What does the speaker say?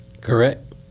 Correct